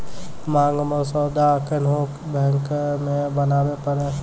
मांग मसौदा कोन्हो बैंक मे बनाबै पारै